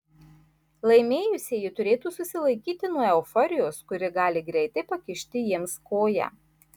laimėjusieji turėtų susilaikyti nuo euforijos kuri gali greitai pakišti jiems koją